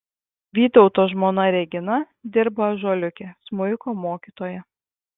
vytauto žmona regina dirba ąžuoliuke smuiko mokytoja